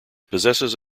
possesses